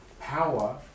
power